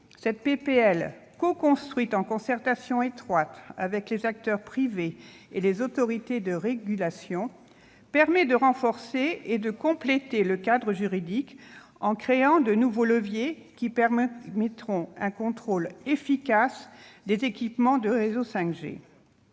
qui a été coconstruite en concertation étroite avec les acteurs privés et les autorités de régulation, permet de renforcer et de compléter le cadre juridique, en créant de nouveaux leviers de nature à permettre un contrôle efficace des équipements de réseaux 5G.